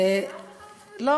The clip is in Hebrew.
מאף אחד,